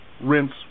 rinse